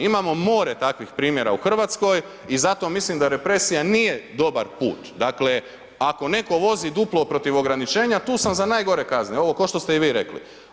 Imamo more takvih primjera u Hrvatskoj i zato mislim da represija nije dobar put, dakle, ako netko vozi duplo protiv ograničenja, tu sam za najgore kazne, ovo kao što ste i vi rekli.